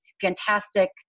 fantastic